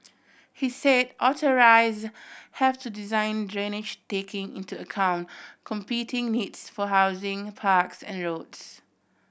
he said have to design drainage taking into account competing needs for housing parks and roads